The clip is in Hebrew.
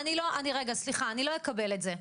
לא אקבל את זה.